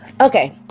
okay